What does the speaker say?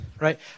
right